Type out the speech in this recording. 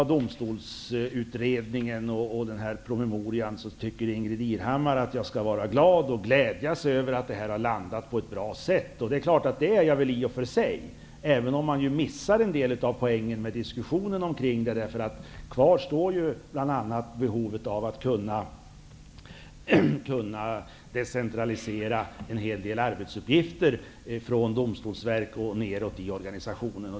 Vidare har vi frågan om tingsrätterna, Irhammar tycker att jag skall glädjas över att dessa frågor har landat på ett bra sätt. Det gör jag väl i och för sig, även om en del av poängen i diskussionen kring detta har gått förlorad. Kvar står ju bl.a. behov av att kunna decentralisera en hel del arbetsuppgifter från Domstolsverket och nedåt i organisationen.